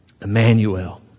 Emmanuel